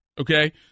okay